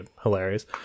hilarious